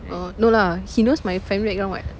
orh no lah he knows my family background [what]